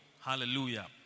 Hallelujah